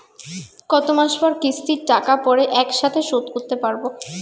কত মাস পর কিস্তির টাকা পড়ে একসাথে শোধ করতে পারবো?